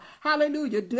Hallelujah